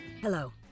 Hello